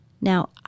now